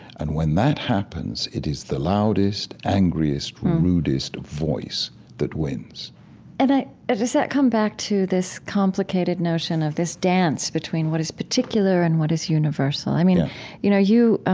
and when that happens, it is the loudest, angriest, rudest voice that wins and but ah does that come back to this complicated notion of this dance between what is particular and what is universal? um you know you know you